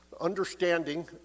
understanding